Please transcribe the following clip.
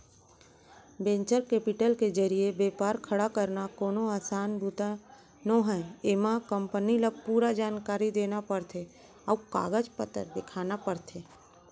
venture capital के जरिए बेपार खड़ा करना कोनो असान बूता नोहय एमा कंपनी ल पूरा जानकारी देना परथे अउ कागज पतर दिखाना परथे